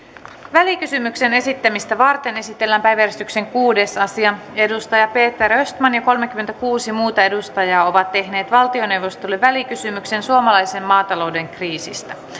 välikysymyksen esittämistä varten esitellään päiväjärjestyksen kuudes asia peter östman ja kolmekymmentäkuusi muuta edustajaa ovat tehneet valtioneuvostolle välikysymyksen kolme suomalaisen maatalouden kriisistä